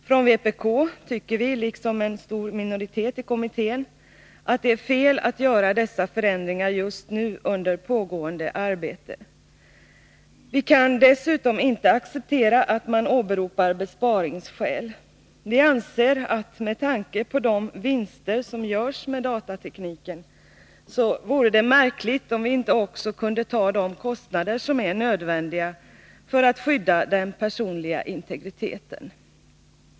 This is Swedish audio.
Från vpk tycker vi, liksom en stor minoritet i kommittén, att det är fel att göra dessa förändringar just nu under pågående arbete. Vi kan inte heller acceptera att man åberopar besparingsskäl. Vi anser att med tanke på de vinster som görs med datatekniken vore det märkligt om vi inte också kunde ta de kostnader som är nödvändiga för att skydda den personliga integriteten.